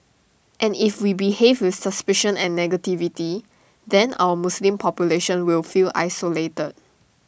and if we behave with suspicion and negativity then our Muslim population will feel isolated